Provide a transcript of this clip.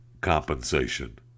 compensation